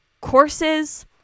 courses